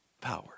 power